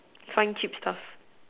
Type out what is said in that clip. can't keep stuff